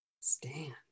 stand